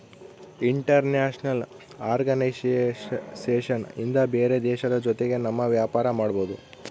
international organisation ಇಂದ ಬೇರೆ ದೇಶದ ಜೊತೆಗೆ ನಮ್ ವ್ಯಾಪಾರ ಮಾಡ್ಬೋದು